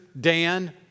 Dan